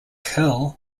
hill